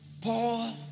Paul